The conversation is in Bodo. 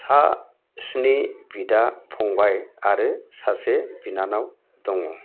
सा स्नि बिदा फंबाइ आरो सासे बिनानाव दङ